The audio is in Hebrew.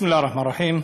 בסם אללה א-רחמאן א-רחים.